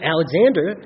Alexander